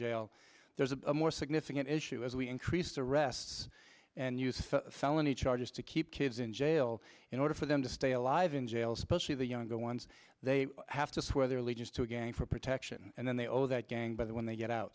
jail there's a more significant issue as we increase arrests and use felony charges to keep kids in jail in order for them to stay alive in jail especially the younger ones they have to swear their lives to a gang for protection and then they owe that gang but when they get out